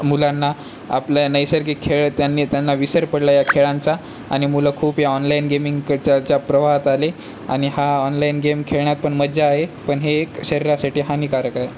मुलांना आपल्या नैसर्गिक खेळ त्यांनी त्यांना विसर पडला या खेळांचा आणि मुलं खूप या ऑनलाईन गेमिंग कच्याचा प्रवाहात आले आणि हा ऑनलाईन गेम खेळण्यात पण मज्जा आहे पण हे एक शरीरासाठी हानिकारक आहे